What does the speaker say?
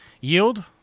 Yield